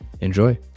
Enjoy